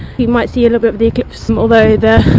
we might see a little bit of the eclipse, although the